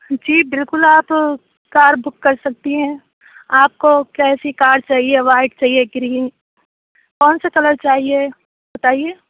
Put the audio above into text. جی بالکل آپ car book کر سکتی ہیں آپ کو کیسی کار چاہیے وائٹ چاہیے کریم کون سا کلر چاہیے بتائیے